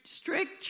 strict